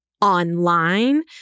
online